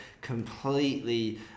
completely